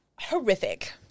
horrific